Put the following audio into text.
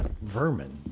vermin